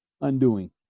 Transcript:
undoing